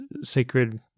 sacred